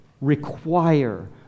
require